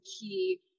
key